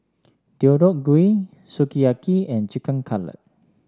Deodeok Gui Sukiyaki and Chicken Cutlet